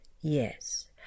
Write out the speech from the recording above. Yes